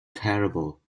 terrible